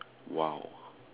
!wow!